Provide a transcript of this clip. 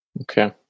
Okay